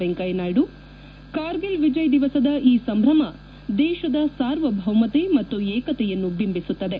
ವೆಂಕಯ್ಕನಾಯ್ಡು ಕಾರ್ಗಿಲ್ ವಿಜಯ್ ದಿವಸದ ಈ ಸಂಭ್ರಮ ದೇಶದ ಸಾರ್ವಭೌಮತೆ ಮತ್ತು ಏಕತೆಯನ್ನು ಬಿಂಬಿಸುತ್ತದೆ